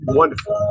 wonderful